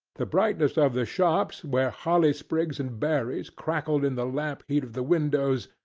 the brightness of the shops where holly sprigs and berries crackled in the lamp heat of the windows,